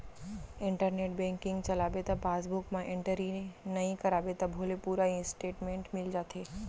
internet banking चलाबे त passbook म एंटरी नइ कराबे तभो ले पूरा इस्टेटमेंट मिल जाथे